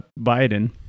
Biden